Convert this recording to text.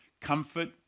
comfort